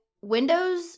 Windows